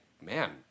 man